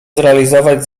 zrealizować